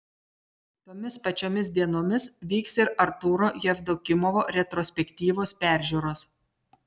tomis pačiomis dienomis vyks ir artūro jevdokimovo retrospektyvos peržiūros